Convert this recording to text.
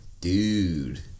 Dude